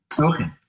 Okay